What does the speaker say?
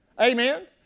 Amen